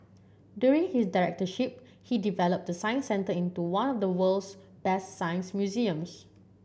during his directorship he developed the Science Centre into one of the world's best science museums